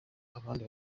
abandi